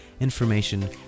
information